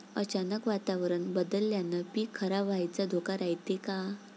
अचानक वातावरण बदलल्यानं पीक खराब व्हाचा धोका रायते का?